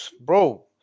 Bro